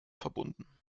verbunden